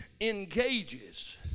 engages